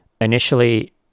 initially